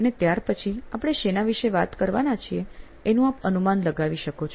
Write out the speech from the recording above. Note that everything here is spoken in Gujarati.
અને ત્યાર પછી આપણે શેના વિષે વાત કરવાના છીએ એનું આપ અનુમાન લગાવી શકો છો